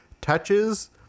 touches